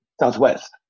southwest